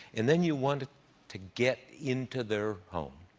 and then you want to get into their home,